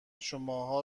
شماها